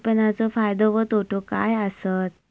विपणाचो फायदो व तोटो काय आसत?